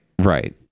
right